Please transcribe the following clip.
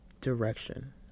direction